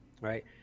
right